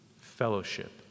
fellowship